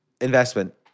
investment